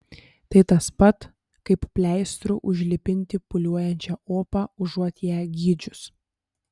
tai tas pat kaip pleistru užlipinti pūliuojančią opą užuot ją gydžius